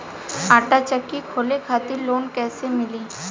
आटा चक्की खोले खातिर लोन कैसे मिली?